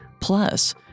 Plus